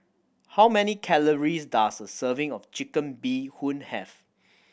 how many calories does a serving of Chicken Bee Hoon have